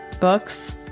books